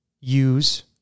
use